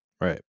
Right